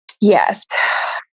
yes